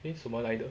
eh 什么来的